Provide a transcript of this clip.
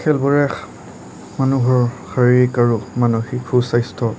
খেলবোৰে মানুহৰ শাৰীৰিক আৰু মানসিক সু স্বাস্থ্য